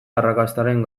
arrakastaren